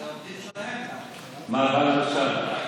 מה למשל?